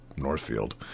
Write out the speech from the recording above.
Northfield